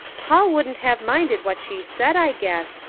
paul wouldn't have minded what she said, i guess,